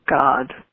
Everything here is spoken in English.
God